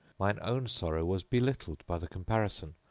mine own sorrow was belittled by the comparison,